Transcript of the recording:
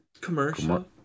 Commercial